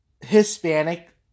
Hispanic